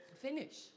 Finish